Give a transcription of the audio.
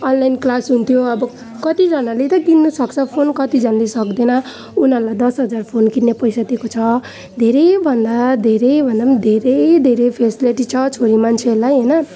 online class हुन्थ्यो अब कतिजनाले त किन्नुसक्छ फोन कतिजनाले सक्दैन उनीहरूलाई दस हजार फोन किन्ने पैसा दिएको छ धेरै भन्दा धेरै भन्दा पनि धेरै धेरै फेसिलिटी छ छोरीमान्छेहरूलाई होइन